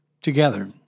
Together